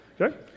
Okay